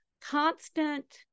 constant